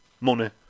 money